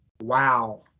wow